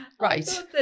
Right